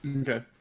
Okay